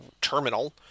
terminal